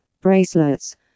bracelets